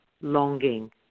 longing